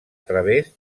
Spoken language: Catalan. través